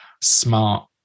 smart